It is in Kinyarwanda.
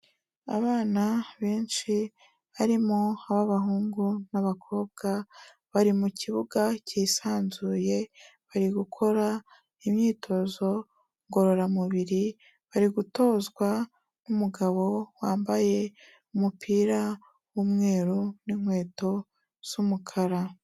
Abana benshi barimo ab'abahungu n'abakobwa bari mu kibuga cyisanzuye barigukora imyitozo ngororamubiri barigutozwa n'umugabo wambaye umupira w'umweru n'inkweto z'umukara.